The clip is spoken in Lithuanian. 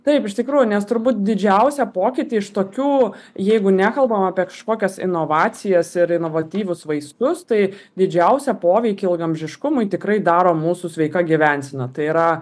taip iš tikrųjų nes turbūt didžiausią pokytį iš tokių jeigu nekalbam apie kažkokias inovacijas ir inovatyvius vaistus tai didžiausią poveikį ilgaamžiškumui tikrai daro mūsų sveika gyvensena tai yra